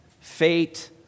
fate